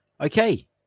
Okay